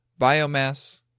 biomass